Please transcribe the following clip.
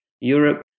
Europe